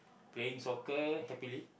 playing soccer happily